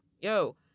yo